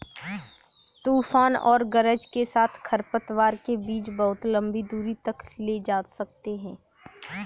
तूफान और गरज के साथ खरपतवार के बीज बहुत लंबी दूरी तक ले जा सकते हैं